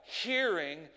hearing